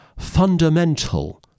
fundamental